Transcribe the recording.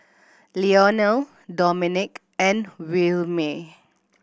Lionel Domenick and Williemae